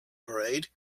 parade